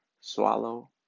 swallow